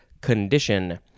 condition